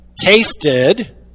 tasted